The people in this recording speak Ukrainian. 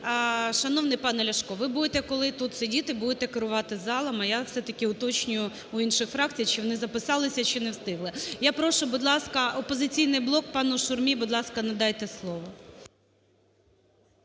шановний пане Ляшко, ви буде коли тут сидіти, буде керувати залом, а я все-таки уточнюю в інших фракцій, чи вони записалися, чи не встигли. Я прошу, будь ласка, "Опозиційний блок". Пану Шурмі, будь ласка, надайте слово.